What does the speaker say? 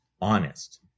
honest